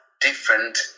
different